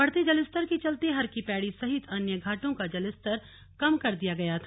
बढ़ते जलस्तर के चलते हरकी पैड़ी सहित अन्य घाटों का जल स्तर कम कर दिया गया था